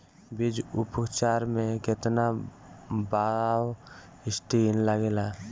बीज उपचार में केतना बावस्टीन लागेला?